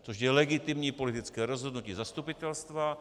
To je legitimní politické rozhodnutí zastupitelstva.